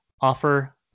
offer